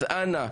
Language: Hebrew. אנא,